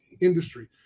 industry